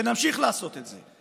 ונמשיך לעשות את זה.